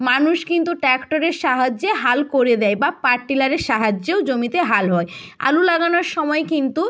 মানুষ কিন্তু ট্র্যাক্টরের সাহায্যে হাল করে দেয় বা পাওয়ার টিলারের সাহায্যেও জমিতে হাল হয় আলু লাগানোর সময় কিন্তু